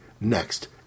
next